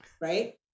right